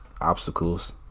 obstacles